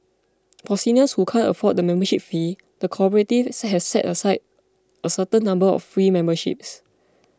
for seniors who cannot afford the membership fee the cooperative has set aside a certain number of free memberships